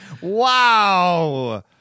Wow